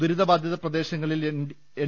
ദുരിത ബാധിത പ്രദേശങ്ങളിൽ എൻ